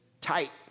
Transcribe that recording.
tight